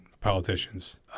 politicians